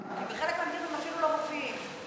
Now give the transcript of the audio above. בחלק מהמקרים הם אפילו לא מופיעים.